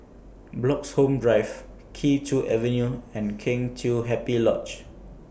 Bloxhome Drive Kee Choe Avenue and Kheng Chiu Happy Lodge